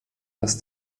dass